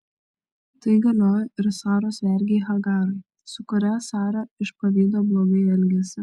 tai galioja ir saros vergei hagarai su kuria sara iš pavydo blogai elgėsi